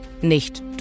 Nicht